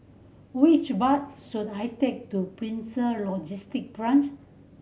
which bus should I take to Prison Logistic Branch